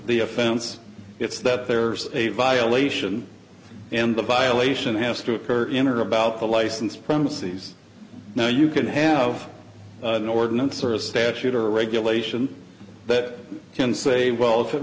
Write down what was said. the offense it's that there's a violation and the violation has to occur in or about the licensed premises now you can have an ordinance or a statute or regulation that can say well if it